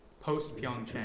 post-PyeongChang